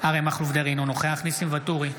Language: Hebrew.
אריה מכלוף דרעי, אינו נוכח ניסים ואטורי,